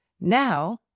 Now